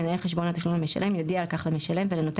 מנהל חשבון התשלום למשלם יודיע על כך למשלם ולנותן